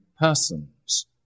persons